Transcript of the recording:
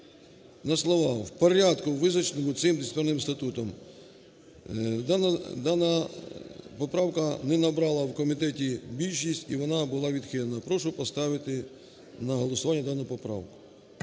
на слова "в порядку, визначеному цим Дисциплінарним статутом". Дана поправка не набрала в комітеті більшість, і вона була відхилена. Прошу поставити на голосування дану поправку.